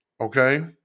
Okay